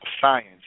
Science